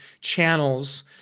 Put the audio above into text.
channels